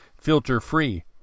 filter-free